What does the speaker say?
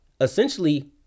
Essentially